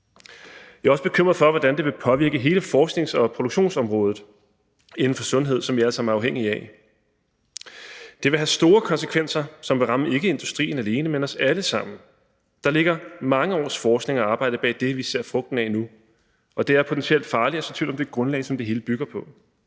Vi er også bekymrede for, hvordan det vil påvirke hele forsknings- og produktionsområdet inden for sundhed, som vi alle sammen er afhængige af. Det vil have store konsekvenser, som vil ramme ikke alene industrien, men os alle sammen. Der ligger mange års forskning og arbejde bag det, som vi ser frugten af nu, og det er potentielt farligt at så tvivl om det grundlag, som det hele bygger på.